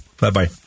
Bye-bye